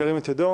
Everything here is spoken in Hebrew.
ירים את ידו.